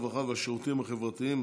הרווחה והשירותים החברתיים,